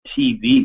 TV